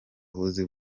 buvuzi